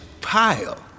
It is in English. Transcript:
pile